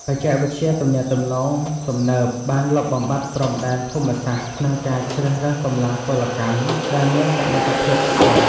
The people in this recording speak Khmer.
បច្ចេកវិទ្យាទំនាក់ទំនងទំនើបបានលុបបំបាត់ព្រំដែនភូមិសាស្ត្រក្នុងការជ្រើសរើសកម្លាំងពលកម្មដែលមានសមត្ថភាពខ្ពស់។